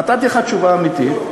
נתתי לך תשובה אמיתית.